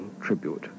tribute